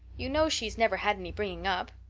you know she's never had any bringing up.